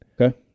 Okay